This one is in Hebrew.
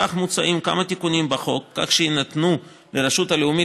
כמו כן מוצעים כמה תיקונים בחוק כך שיינתנו לרשות הלאומית